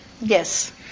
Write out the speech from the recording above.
Yes